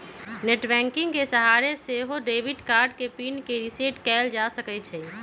net banking के सहारे से सेहो डेबिट कार्ड के पिन के रिसेट कएल जा सकै छइ